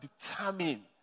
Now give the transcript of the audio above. determine